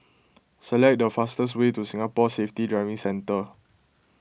select the fastest way to Singapore Safety Driving Centre